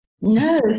No